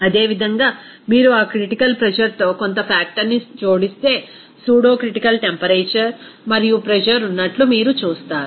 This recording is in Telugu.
అదేవిధంగా మీరు ఆ క్రిటికల్ ప్రెజర్ తో కొంత ఫాక్టర్ ని జోడిస్తే సూడో క్రిటికల్ టెంపరేచర్ మరియు ప్రెజర్ ఉన్నట్లు మీరు చూస్తారు